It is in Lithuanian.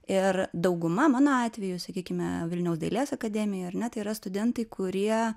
ir dauguma mano atveju sakykime vilniaus dailės akademijoj ar ne tai yra studentai kurie